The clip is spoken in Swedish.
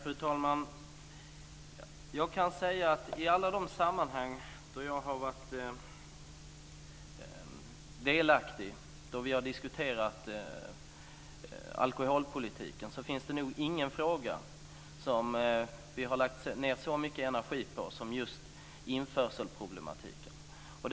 Fru talman! Jag kan säga att det i alla de sammanhang då jag har varit med och diskuterat alkoholpolitiken nog inte har funnits någon fråga som vi har lagt ned så mycket energi på som just införselproblematiken.